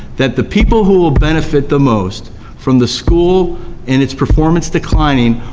that the people who will benefit the most from the school and its performance declining,